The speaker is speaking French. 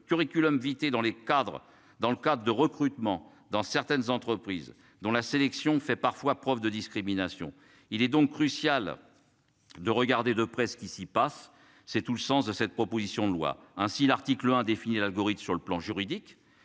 dans les cadres dans le cadre de recrutement dans certaines entreprises, dont la sélection fait parfois preuve de discrimination. Il est donc crucial. De regarder de près ce qui s'y passe, c'est tout le sens de cette proposition de loi ainsi l'article indéfini la Gorrite sur le plan juridique